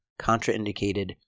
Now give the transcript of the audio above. contraindicated